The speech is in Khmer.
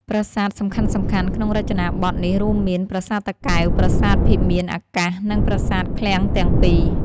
ប្រាសាទសំខាន់ៗក្នុងរចនាបថនេះរួមមាន ប្រាសាទតាកែវ ប្រាសាទភិមានអាកាស និងប្រាសាទឃ្លាំងទាំងពីរ។